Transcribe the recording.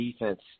defense